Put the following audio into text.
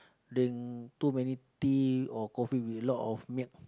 drink too many tea or coffee with a lot of milk